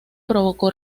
provocó